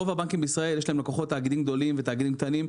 לרוב הבנקים בישראל יש לקוחות שהם תאגידים גדולים ותאגידים קטנים,